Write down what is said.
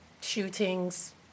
shootings